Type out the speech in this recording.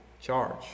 charge